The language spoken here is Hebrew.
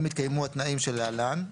אם התקיימו התנאים שלהלן,